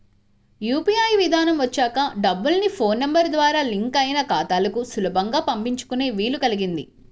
UPI విధానం వచ్చాక డబ్బుల్ని ఫోన్ నెంబర్ ద్వారా లింక్ అయిన ఖాతాలకు సులభంగా పంపించుకునే వీలు కల్గింది